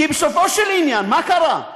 כי בסופו של עניין מה קרה?